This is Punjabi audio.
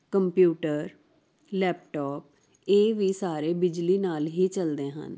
ਕੰਪਿਊਟਰ ਲੈਪਟੋਪ ਇਹ ਵੀ ਸਾਰੇ ਬਿਜਲੀ ਨਾਲ ਹੀ ਚੱਲਦੇ ਹਨ